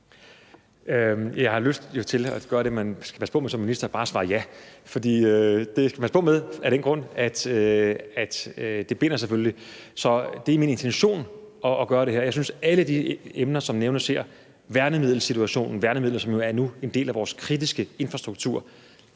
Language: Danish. har lyst til at gøre det, man skal passe på med som minister, nemlig bare at sige ja. For det skal man passe på med af den grund, at det selvfølgelig binder. Så det er min intention at gøre det her. Jeg synes, at alle de emner, som nævnes her, skal man se på, bl.a. værnemiddelsituationen – værnemidler, som jo nu er en del af vores kritiske infrastruktur.